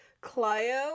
Clio